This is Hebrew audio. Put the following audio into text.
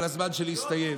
אבל הזמן שלי הסתיים.